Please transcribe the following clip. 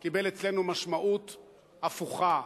קיבל אצלנו משמעות הפוכה,